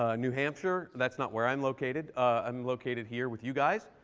ah new hampshire. that's not where i'm located. i'm located here with you guys.